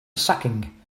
sacking